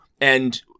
and-